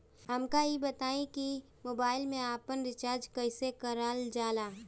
हमका ई बताई कि मोबाईल में आपन रिचार्ज कईसे करल जाला?